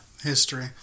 history